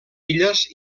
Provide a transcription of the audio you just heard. illes